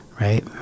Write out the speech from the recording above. Right